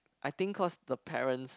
I think cause the parents